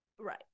Right